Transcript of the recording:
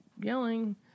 yelling